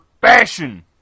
fashion